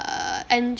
err